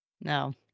No